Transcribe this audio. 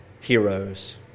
heroes